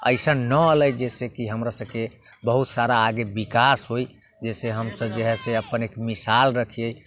एसन ना एलै जैसेकि हमरा सबके बहुत सारा आगे विकास होइ जैसे हमसब जे हय अपन एक मिसाल रखियै